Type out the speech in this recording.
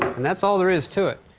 and that's all there is to it.